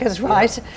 right